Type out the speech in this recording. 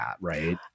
right